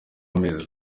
hameze